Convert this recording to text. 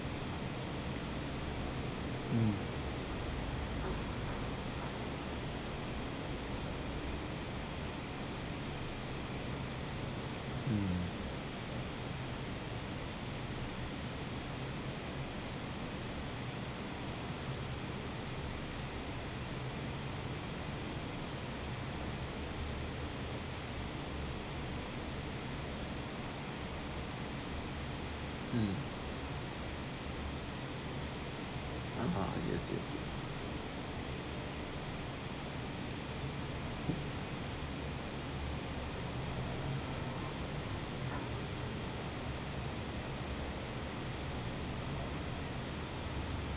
mm mm mm (uh huh) yes yes yes